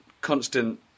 constant